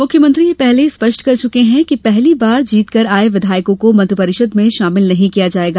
मुख्यमंत्री यह पहले ही स्पष्ट कर चुके हैं कि पहली बार जीत कर आये विधायकों को मंत्री परिषद में शामिल नहीं किया जायेगा